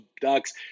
ducks